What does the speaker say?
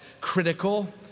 critical